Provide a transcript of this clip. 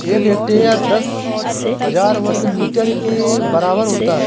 एक हेक्टेयर दस हज़ार वर्ग मीटर के बराबर होता है